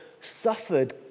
suffered